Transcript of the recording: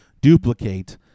duplicate